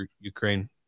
Ukraine